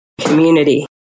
community